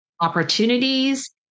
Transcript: opportunities